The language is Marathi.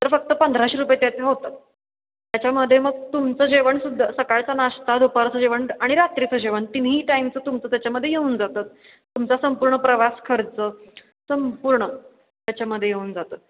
तर फक्त पंधराशे रुपये त्याचे होतात त्याच्यामध्ये मग तुमचं जेवण सुद्दा सकाळचा नाश्ता दुपारचं जेवण आणि रात्रीचं जेवण तिन्ही टाईमचं तुमचं त्याच्यामध्ये येऊन जातं तुमचा संपूर्ण प्रवास खर्च संपूर्ण त्याच्यामध्ये येऊन जातं